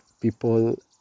people